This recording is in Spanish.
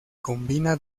combina